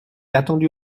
attendu